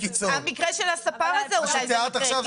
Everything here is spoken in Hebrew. המקרה של הספר הזה אולי זה מקרה קיצון.